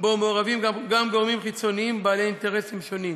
שבו מעורבים גם גורמים חיצוניים בעלי אינטרסים שונים.